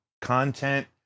content